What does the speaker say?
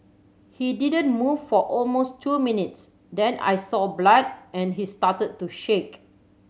he didn't move for almost two minutes then I saw blood and he started to shake